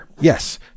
yes